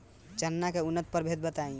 चना के उन्नत प्रभेद बताई?